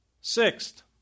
Sixth